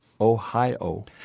Ohio